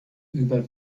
über